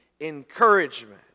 encouragement